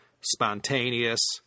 spontaneous